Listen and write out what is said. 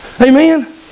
Amen